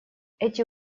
эти